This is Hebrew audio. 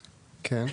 כן.